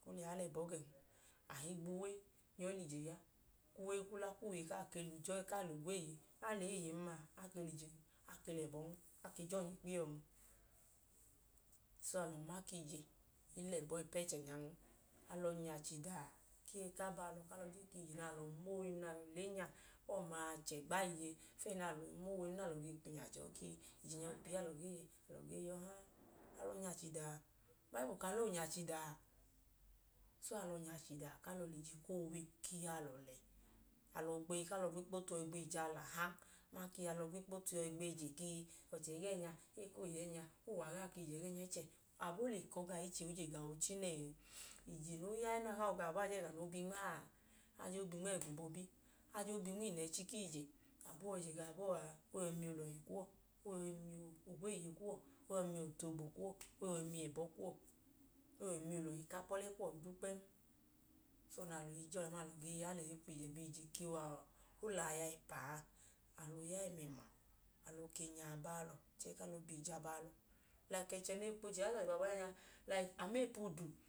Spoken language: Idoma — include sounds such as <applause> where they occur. A kwu wiye a lẹ ẹbọ gẹn. A higbu uwe nyọ i lẹ ije ya kwu uwe i kwu la kaa ke lẹ ujọyi, kaa lẹ ogweeye, a lẹ eeye n maa, a ke lẹ ijen, a ke lẹ ẹbọn, a ke jọnyẹ ikpiye ọn. So, alọ ma ka ije i lẹ ẹbọ ipu ẹchẹ nyan. Alọ nya chidaa, ka alọ je ka ije na alọ ya abọhialọ na alọ le nya, ọma a chẹgba fiyẹ ẹẹ nẹ alọ i mowen na alọ i kwinya che ọọ ka ii, ije nya pii alọ gee ya ọha a. Alọ nya chidaa. Ubayibulu ka alọ ọọ nya chidaa. So, alọ nya chidaa ku alọ lẹ ije ku owe ku iyi alọ lẹ. Alọ hee gwo ikpo tu yọi gbeyi ije alaha aman ka alọ gwo ikpo tu yọi gbeyi ka ii, ọchẹ ẹgẹẹnya ee koo ya ẹẹnya, oo wẹ alawọ ku ije ẹgẹẹnya iche. Abo le kọ gawọ ichẹ a, o i je gawọ oochi nẹẹ? Ije noo ya ẹẹ no habọ gawọ bọọ a, a je ẹga noo bi nma nẹ? A jen o wẹ ẹga obọbi, a jen o bi nma inu ẹchi ije. Abo yọi je gawọ bọọ a, a jen o yọi miyẹ olọhi kuwọ, a jen o yọi miyẹ ogweeye kuwọ, o yọi miyẹ ọtu oogbo kuwọ, o yọi miyẹ ẹbọ kuwọ. O yọi miyẹ olọhi ku apọlẹ kuwọ duudu kpẹẹm. <unintelligible> o lẹ aya ẹpa a. Alọ ke nya abọhialọ, alọ ke je abọhialọ. Laik ẹchẹ nẹ epu je ya lọhi baaba nya, a ma epu udu idu.